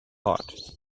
heart